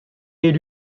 est